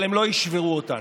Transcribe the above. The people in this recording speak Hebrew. אבל הם לא ישברו אותנו.